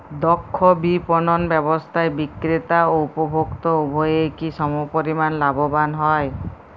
দক্ষ বিপণন ব্যবস্থায় বিক্রেতা ও উপভোক্ত উভয়ই কি সমপরিমাণ লাভবান হয়?